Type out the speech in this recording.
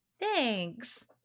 thanks